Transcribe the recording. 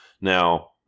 Now